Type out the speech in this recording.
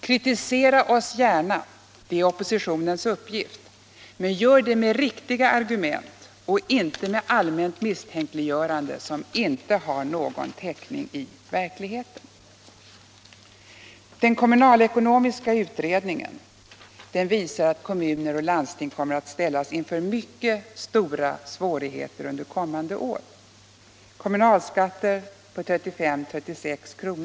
Kritisera oss gärna — det är oppositionens uppgift — men gör det med riktiga argument och inte med allmänt misstänkliggörande, som inte har någon täckning i verkligheten! Den kommunalekonomiska utredningen visar att kommuner och landsting kommer att ställas inför mycket stora svårigheter under kommande år. Kommunalskatter på 35-36 kr.